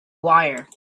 wire